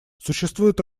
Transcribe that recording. существует